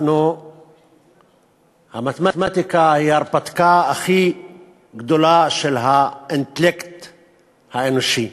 המתמטיקה היא ההרפתקה הכי גדולה של האינטלקט האנושי.